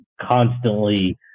constantly